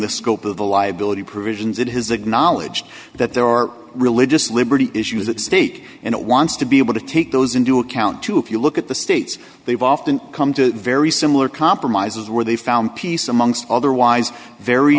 the scope of the liability provisions it has acknowledged that there are religious liberty issues at stake and it wants to be able to take those into account too if you look at the states they've often come to very similar compromises where they found peace amongst otherwise very